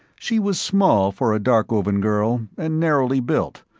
she was small for a darkovan girl, and narrowly built,